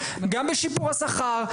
בשיפור השכר,